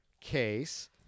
case